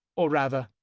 or, rather,